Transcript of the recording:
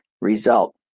result